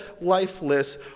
lifeless